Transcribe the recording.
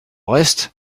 reste